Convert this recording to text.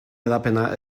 hedapena